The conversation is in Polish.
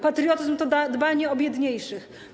Patriotyzm to dbanie o biedniejszych.